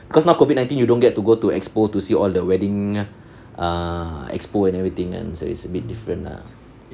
of course now COVID nineteen you don't get to go to expo to see all the wedding err expo and everything kan so it's a bit different ah